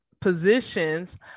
positions